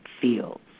feels